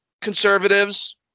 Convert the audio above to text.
conservatives